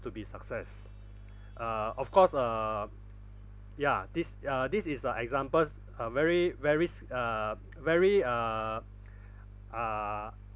to be success uh of course uh ya this ya this is a examples uh very very s~ uh very uh uh